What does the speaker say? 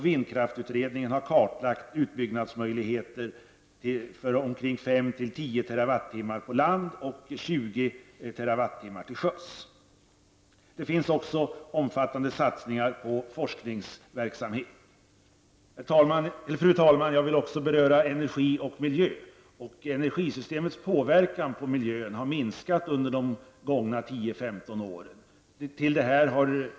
Vindkraftsutredningen har kartlagt utbyggnadsmöjligheter för 5--10 TWh på land och Det förekommer också omfattande satsningar på forskningsverksamhet. Fru talman! Jag vill också beröra frågan om energi och miljö. Energisystemets påverkan på miljön har minskat under de gångna 10--15 åren.